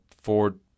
ford